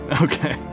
Okay